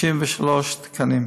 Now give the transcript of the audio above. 63 תקנים,